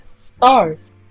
stars